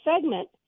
segment